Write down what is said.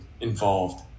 involved